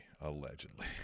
allegedly